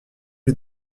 les